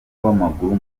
w’amaguru